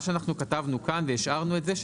מה שכתבנו כאן והשארנו את זה,